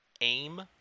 aim